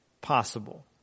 possible